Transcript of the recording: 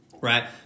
right